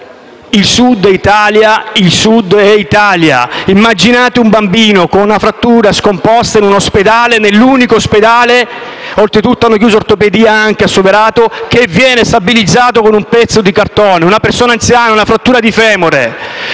Il Sud è Italia. Immaginate un bambino con una frattura scomposta nell'unico ospedale - oltretutto hanno chiuso il reparto di ortopedia anche a Soverato - che viene stabilizzato con un pezzo di cartone o, una persona anziana con una frattura di femore.